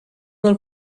del